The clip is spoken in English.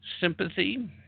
sympathy